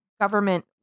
government